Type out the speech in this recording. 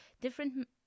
different